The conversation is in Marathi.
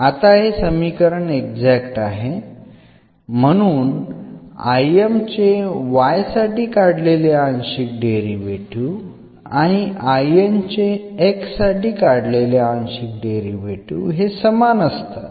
आता हे समीकरण एक्झॅक्ट आहे म्हणून IM चे y साठी काढलेले आंशिक डेरिव्हेटीव्ह आणि IN चे x साठी काढलेले आंशिक डेरिव्हेटीव्ह हे समान असतात